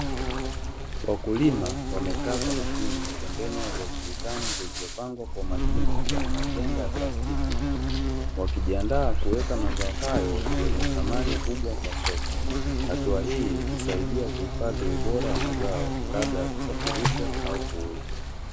Wakulima wamekaa kwa makini, pembeni ya viazi vitamu vilivyopangwa kwa makini kwenye matenga ya plastiki, wakijiandaa kuweka mazao hayo yenye thamani kubwa kwa soko. Hatua hii husaidia kuhifadhi ubora wa mazao kabla kusafirishwa au kuuzwa.